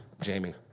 Jamie